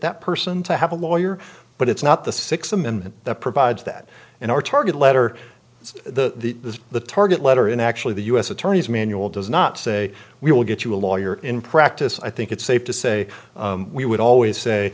that person to have a lawyer but it's not the sixth amendment that provides that in our target letter it's the the target letter in actually the u s attorney's manual does not say we will get you a lawyer in practice i think it's safe to say we would always say